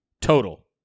total